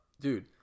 Dude